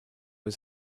his